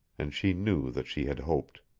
and she knew that she had hoped.